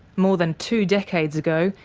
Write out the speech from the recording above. more than two decades ago,